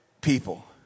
people